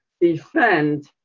defend